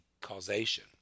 causation